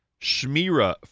Shmira